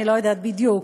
אני לא יודעת בדיוק,